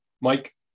Mike